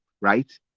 right